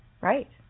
right